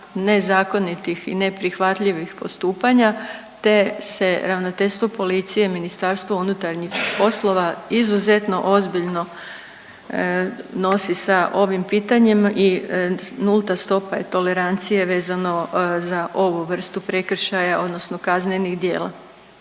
nezakonitih i neprihvatljivih postupanja te se Ravnateljstvo policije MUP-a izuzetno ozbiljno nosi sa ovim pitanjem i nulta stopa je tolerancije vezano za ovu vrstu prekršaja odnosno kaznenih djela.